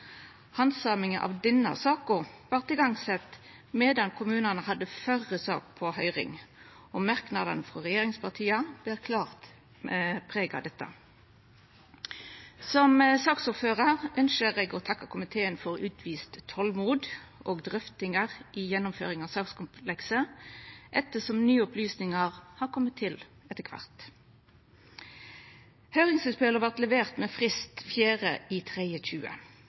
Handsaminga av denne saka vart sett i gang medan kommunane hadde førre sak på høyring, og merknadane frå regjeringspartia ber klart preg av det. Som saksordførar ynskjer eg å takka komiteen for utvist tolmod og drøftingar i gjennomføringa av sakskomplekset, ettersom nye opplysningar har kome til etter kvart. Høyringsinnspela vart leverte med frist